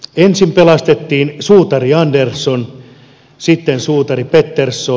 ensin pelastettiin suutari andersson sitten suutari pettersson